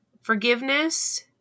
Forgiveness